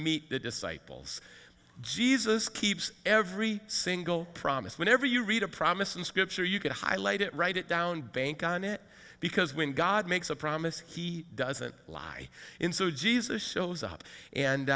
meet the disciples jesus keeps every single promise whenever you read a promise in scripture you can highlight it write it down bank on it because when god makes a promise he doesn't lie in so jesus shows up and